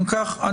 אם כך,